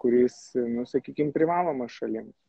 kuris nu sakykim privalomas šalims